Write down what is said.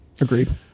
Agreed